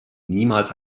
niemals